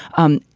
and.